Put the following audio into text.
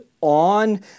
on